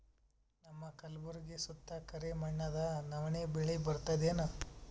ನಮ್ಮ ಕಲ್ಬುರ್ಗಿ ಸುತ್ತ ಕರಿ ಮಣ್ಣದ ನವಣಿ ಬೇಳಿ ಬರ್ತದೇನು?